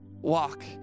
walk